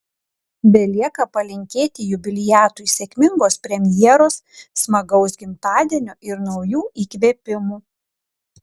belieka palinkėti jubiliatui sėkmingos premjeros smagaus gimtadienio ir naujų įkvėpimų